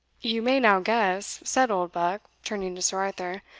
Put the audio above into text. you may now guess, said oldbuck, turning to sir arthur,